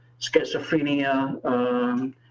schizophrenia